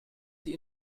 sie